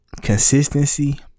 consistency